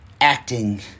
acting